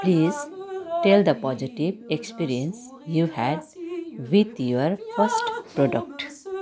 please tell the positive experience you had with your first product